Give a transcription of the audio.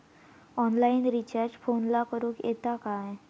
Online recharge फोनला करूक येता काय?